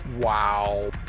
Wow